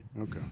Okay